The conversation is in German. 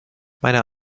meiner